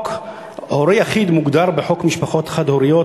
הורה יחיד מוגדר בחוק משפחות חד-הוריות,